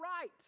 right